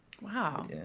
Wow